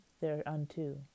thereunto